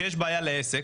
שיש בעיה לעסק,